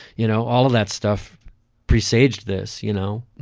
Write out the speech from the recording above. you know, all of that stuff preceded this, you know,